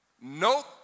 Nope